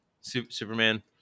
Superman